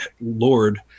lord